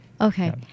Okay